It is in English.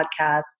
podcast